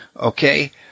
Okay